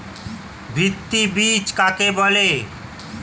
ভিত্তি বীজ কাকে বলে?